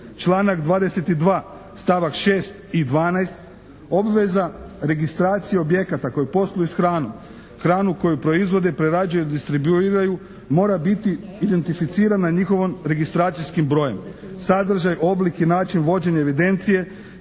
Članak 22. stavak 6. i 12. obveza registracije objekata koji posluju s hranom, hranu koju proizvode, prerađuju i distribuiraju mora biti identificirana njihovim registracijskim brojem. Sadržaj, oblik i način vođenja evidencije,